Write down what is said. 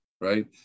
right